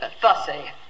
Fussy